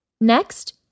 Next